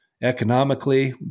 economically